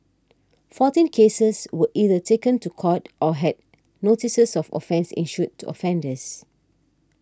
fourteen cases were either taken to court or had notices of offence issued to offenders